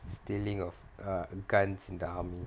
stealing of uh guns in the army